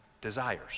desires